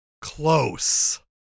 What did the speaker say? close